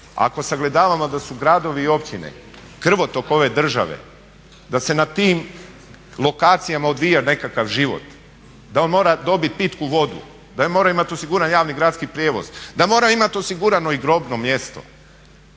Ako sagledavamo da su gradovi i općine krvotok ove države, da se na tim lokacijama odvija nekakav život, da on mora dobiti pitku vodu, da on mora imati osiguran javni gradski prijevoz, da mora imati osigurano i grobno mjesto.